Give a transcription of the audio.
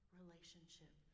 relationship